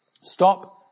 Stop